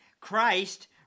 Christ